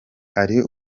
hari